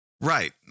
Right